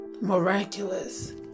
miraculous